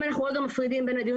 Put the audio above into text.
אם אנחנו מפרידים לרגע בין הדיון